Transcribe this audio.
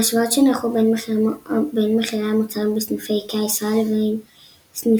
מהשוואות שנערכו בין מחירי המוצרים בסניפי איקאה ישראל לבין סניפים